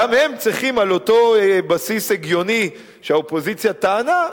על אותו בסיס הגיוני שהאופוזיציה טענה,